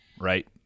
right